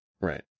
Right